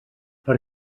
per